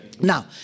Now